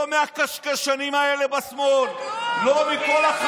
לא מהקשקשנים האלה בשמאל, לא ראית כלום, דודי.